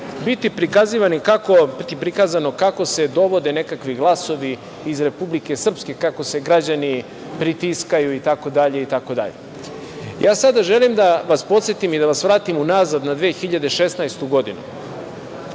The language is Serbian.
biti prikazano kako se dovode nekakvi glasovi iz Republike Srpske, kako se građani pritiskaju itd. Sada želim da vas podsetim i vratim unazad u 2016. godinu.